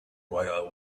while